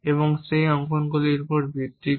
এবং সেই অঙ্কনগুলির উপর ভিত্তি করে